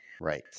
Right